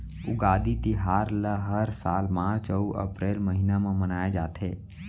उगादी तिहार ल हर साल मार्च अउ अपरेल महिना म मनाए जाथे